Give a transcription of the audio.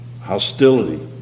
hostility